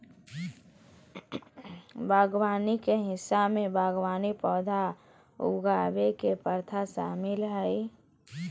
बागवानी के हिस्सा में बागवानी पौधा उगावय के प्रथा शामिल हइ